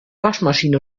waschmaschine